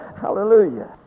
Hallelujah